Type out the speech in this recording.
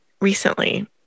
recently